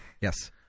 Yes